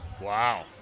Wow